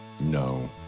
No